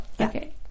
Okay